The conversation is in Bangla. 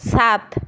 সাত